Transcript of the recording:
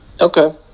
Okay